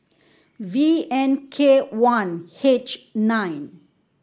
V N K one H nine